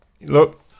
Look